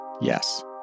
Yes